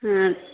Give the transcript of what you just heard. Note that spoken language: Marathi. हां